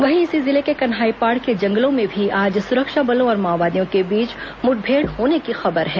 वहीं इसी जिले के कन्हाईपाड़ के जंगलों में भी आज सुरक्षा बलों और माओवादियों के बीच मुठभेड़ होने की खबर है